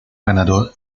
ganador